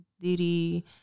Diddy